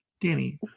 Danny